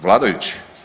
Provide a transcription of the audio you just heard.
Vladajući.